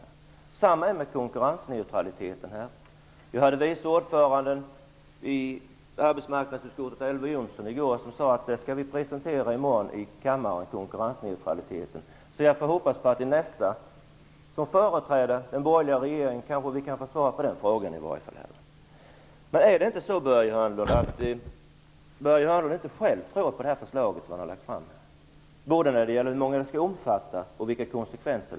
Detsamma gäller konkurrensneutraliteten, som skall presenteras i morgon i kammaren, enligt vad vice ordföranden i arbetsmarknadsutskottet sade i går. Jag får hoppas att vi kan få svar på detta här i alla fall av nästa företrädare för den borgerliga regeringen. Är det inte så att Börje Hörnlund inte själv tror på det förslag som han har lagt fram och att det gäller både i fråga om dess omfattning och dess konsekvenser?